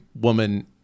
woman